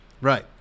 Right